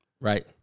Right